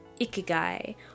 ikigai